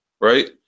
right